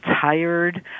tired